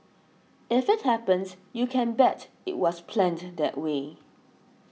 if it happens you can bet it was planned that way